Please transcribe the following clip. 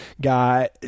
guy